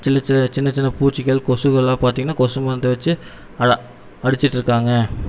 சின்ன சின்ன சின்ன சின்ன பூச்சிகள் கொசுகள்லாம் பார்த்தீங்கனா கொசு மருந்து வச்சு அதை அடிச்சிட்டுருக்காங்க